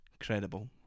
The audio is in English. Incredible